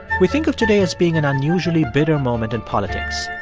we think of today as being an unusually bitter moment in politics.